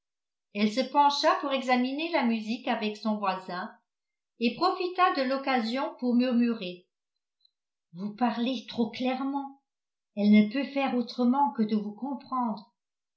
elle se pencha pour examiner la musique avec son voisin et profita de l'occasion pour murmurer vous parlez trop clairement elle ne peut faire autrement que de vous comprendre